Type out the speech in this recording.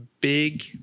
big